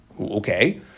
Okay